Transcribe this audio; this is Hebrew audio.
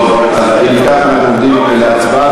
אם כך, אנחנו עוברים להצבעה.